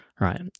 Right